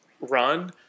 run